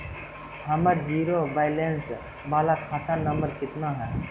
हमर zero balance बाला खाता नम्बर कितना है?